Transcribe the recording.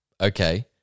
okay